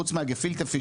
חוץ גפילטע פיש,